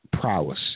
prowess